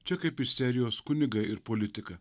čia kaip iš serijos kunigai ir politika